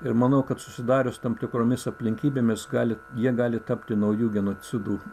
ir manau kad susidarius tam tikromis aplinkybėmis gali jie gali tapti naujų genocidų